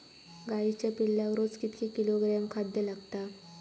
गाईच्या पिल्लाक रोज कितके किलोग्रॅम खाद्य लागता?